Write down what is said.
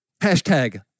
Hashtag